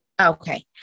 Okay